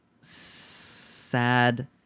sad